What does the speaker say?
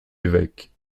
évêque